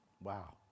Wow